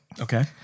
Okay